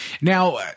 Now